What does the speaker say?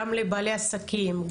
גם לבעלי עסקים,